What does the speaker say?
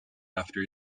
after